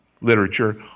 literature